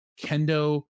Kendo